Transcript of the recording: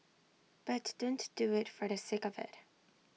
but don't do IT for the sake of IT